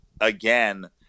again